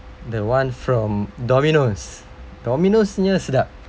the one from dominos dominos nya sedap